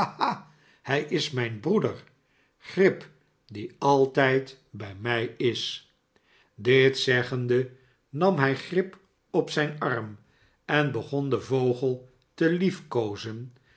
hij is mijn broeder grip die altijd bij mij is dit zeggende nam hij grip op zijn arm en begon den vogel te liefkoozen